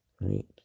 Right